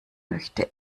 möchte